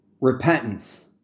repentance